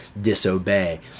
disobey